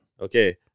Okay